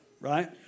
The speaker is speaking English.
right